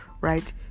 right